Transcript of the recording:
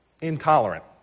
intolerant